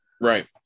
Right